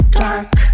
dark